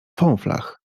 fąflach